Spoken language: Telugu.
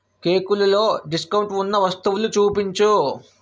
కేకులలో డిస్కౌంట్ ఉన్న వస్తువులు చూపించు